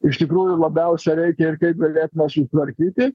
iš tikrųjų labiausia reikia ir kaip galėtume sutvarkyti